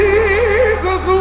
Jesus